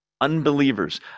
unbelievers